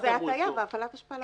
זה הטעיה והפעלת השפעה לא הוגנת.